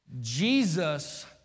Jesus